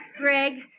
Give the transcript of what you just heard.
Greg